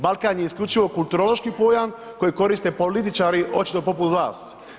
Balkan je isključivo kulturološki pojam koji koriste političari očito poput vas.